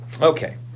Okay